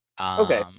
Okay